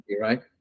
Right